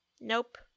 nope